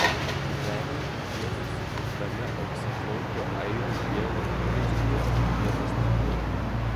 dūdelei jos susikurtame auksaplaukio airių dievo įvaizdyje vietos nebuvo